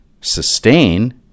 sustain